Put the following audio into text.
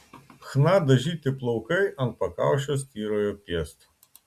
chna dažyti plaukai ant pakaušio styrojo piestu